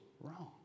wrong